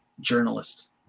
journalist